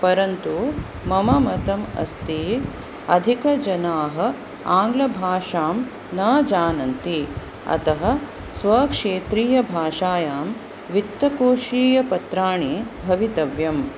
परन्तु मम मतम् अस्ति अधिकजनाः आङ्ग्लभाषां न जानन्ति अतः स्वक्षेत्रीयभाषायां वित्तकोषीयपत्राणि भवितव्यम्